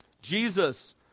Jesus